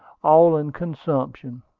all in consumption.